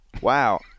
Wow